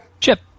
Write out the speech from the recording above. Chip